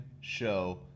show